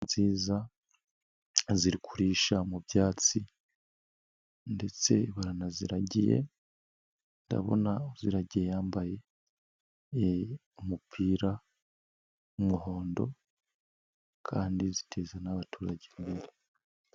Ihene nziza ziri kurisha mu byatsi, ndetse baranaziragiye, ndabona uziragiye yambaye umupira w'umuhondo kandi ziteza n'abaturage imbere.